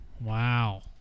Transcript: Wow